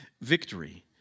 victory